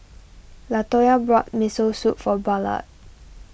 Latoya bought Miso Soup for Ballard